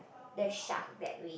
the shark that we